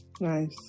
Nice